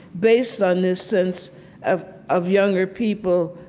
based on this sense of of younger people,